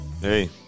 hey